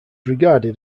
regarded